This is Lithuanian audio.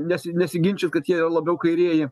nesi nesiginčiju kad jie labiau kairieji